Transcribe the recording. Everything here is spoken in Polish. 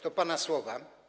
To pana słowa.